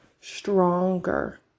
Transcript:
stronger